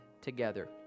together